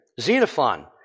Xenophon